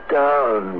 down